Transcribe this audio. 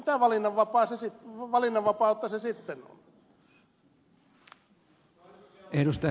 no mitä valinnanvapautta se sitten on